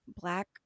black